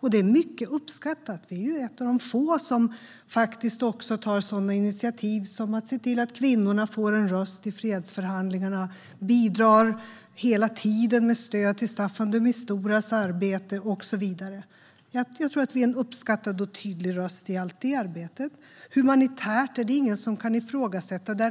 vårt arbete mycket uppskattat - vi är ett av få länder som faktiskt även tar sådana initiativ som att se till att kvinnorna får en röst i fredsförhandlingarna. Vi bidrar hela tiden med stöd till Staffan de Misturas arbete och så vidare. Jag tror att vi är en uppskattad och tydlig röst i allt det arbetet. När det gäller det humanitära spåret är det ingen som kan ifrågasätta oss.